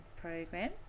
program